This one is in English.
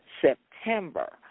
September